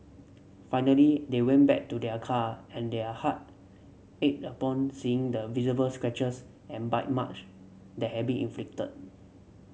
finally they went back to their car and their heart ached upon seeing the visible scratches and bite marks that had been inflicted